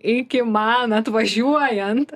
iki man atvažiuojant